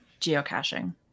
geocaching